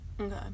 okay